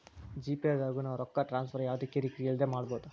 GPay ದಾಗು ನಾವ್ ರೊಕ್ಕ ಟ್ರಾನ್ಸ್ಫರ್ ಯವ್ದ ಕಿರಿ ಕಿರಿ ಇಲ್ದೆ ಮಾಡ್ಬೊದು